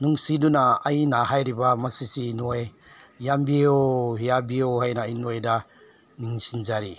ꯅꯨꯡꯁꯤꯗꯨꯅ ꯑꯩꯅ ꯍꯥꯏꯔꯤꯕ ꯃꯁꯤꯁꯤ ꯅꯣꯏ ꯌꯥꯕꯤꯌꯣ ꯌꯥꯕꯤꯌꯣ ꯍꯥꯏꯅ ꯑꯩ ꯅꯣꯏꯗ ꯅꯤꯡꯁꯤꯡꯖꯔꯤ